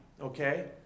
okay